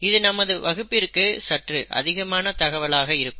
இது நமது வகுப்பிற்கு சற்று அதிகமான தகவலாக இருக்கும்